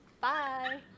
Bye